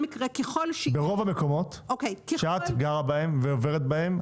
ברוב המקומות שאת גרה בהם ועוברת בהם,